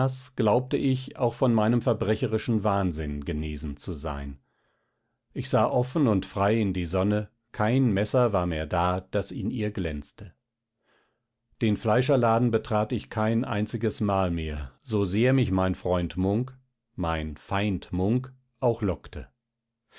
glaubte ich auch von meinem verbrecherischen wahnsinn genesen zu sein ich sah offen und frei in die sonne kein messer war mehr da das in ihr glänzte den fleischerladen betrat ich kein einziges mal mehr so sehr mich mein freund munk mein feind munk auch lockte